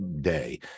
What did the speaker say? day